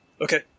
Okay